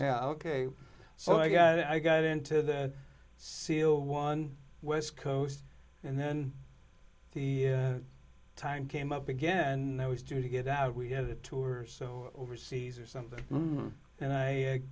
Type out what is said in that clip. yeah ok so i got i got into the seal one west coast and then the time came up again and i was due to get out we had a tour so over seas or something and i